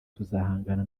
tuzahangana